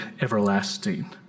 everlasting